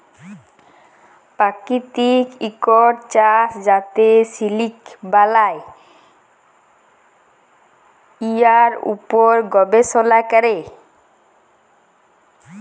পাকিতিক ইকট চাষ যাতে সিলিক বালাই, উয়ার উপর গবেষলা ক্যরে